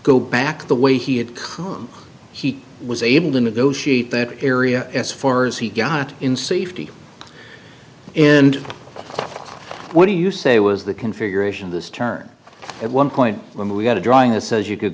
go back the way he had come he was able to negotiate that area as far as he got in safety and what do you say was the configuration of this turn at one point when we got a drawing that says you could